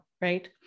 right